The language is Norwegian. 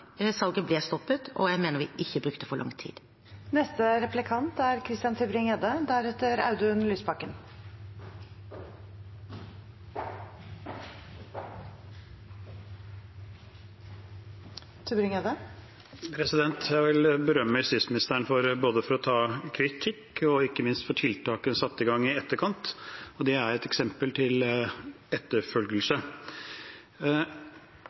salget ble stoppet, og jeg mener vi ikke brukte for lang tid. Jeg vil berømme justisministeren både for å ta kritikk og ikke minst for tiltak satt i gang i etterkant. Det er et eksempel til